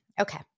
Okay